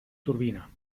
turbina